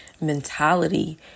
mentality